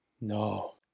No